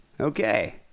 Okay